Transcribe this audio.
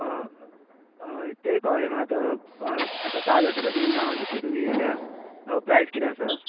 हय ते कळ्ळें मात आतां ताज हॉटेलाचीं नांवां घेतली तुमी जाल्यार प्रायज कितें आसा